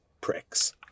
pricks